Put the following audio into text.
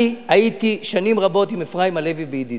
אני הייתי שנים רבות עם אפרים הלוי בידידות.